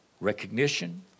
Recognition